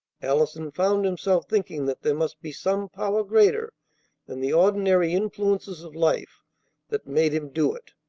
allison found himself thinking that there must be some power greater than the ordinary influences of life that made him do it.